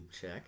Check